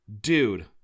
Dude